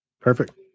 Perfect